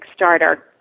Kickstarter